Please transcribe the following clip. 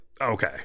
Okay